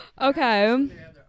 Okay